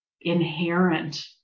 inherent